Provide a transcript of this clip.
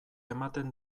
ematen